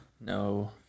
No